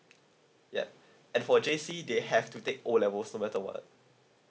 yup and for J_C they have to take O levels no matter what